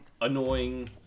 annoying